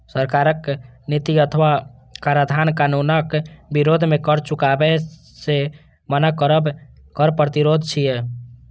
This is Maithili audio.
सरकारक नीति अथवा कराधान कानूनक विरोध मे कर चुकाबै सं मना करब कर प्रतिरोध छियै